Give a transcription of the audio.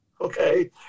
okay